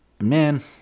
Man